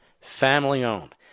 Family-owned